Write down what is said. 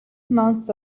months